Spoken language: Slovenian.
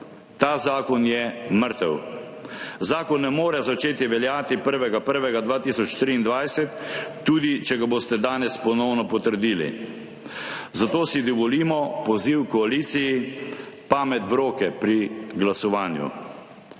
Ta zakon je mrtev, zakon ne more začeti veljati 1. 1. 2023 tudi, če ga boste danes ponovno potrdili, zato si dovolimo poziv koaliciji: pamet v roke pri glasovanju.